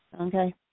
Okay